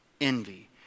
envy